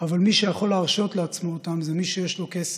אבל מי שיכול להרשות לעצמו אותם זה מי שיש לו כסף,